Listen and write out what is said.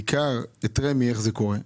בעיקר את רשות מקרקעי ישראל שיאמר לנו איך זה קורה.